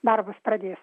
darbus pradės